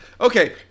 Okay